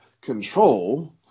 control